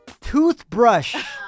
toothbrush